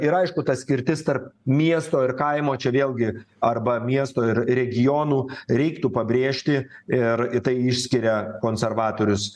ir aišku ta skirtis tarp miesto ir kaimo čia vėlgi arba miesto ir regionų reiktų pabrėžti ir tai išskiria konservatorius